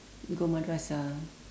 go madrasah